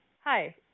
Hi